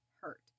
hurt